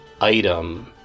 item